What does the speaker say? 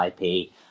IP